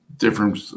different